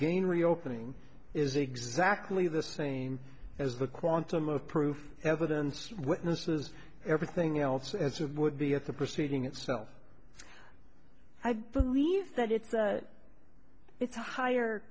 gain reopening is exactly the same as the quantum of proof evidence witnesses everything else as it would be at the proceeding itself i believe that it's that it's a higher